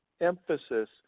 emphasis